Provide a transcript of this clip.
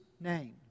Name